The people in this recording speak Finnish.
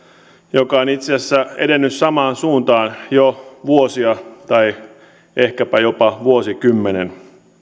joka on itse asiassa edennyt samaan suuntaan jo vuosia tai ehkäpä jopa vuosikymmenen